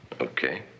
okay